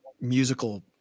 musical